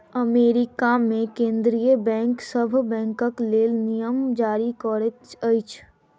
America मे केंद्रीय bank सभ बैंकक लेल नियम जारी करैत अछि